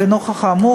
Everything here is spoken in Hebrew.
ונוכח האמור,